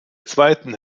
zweiten